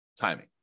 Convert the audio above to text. timing